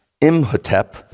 Imhotep